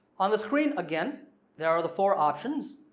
on the screen again there are the four options,